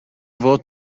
fod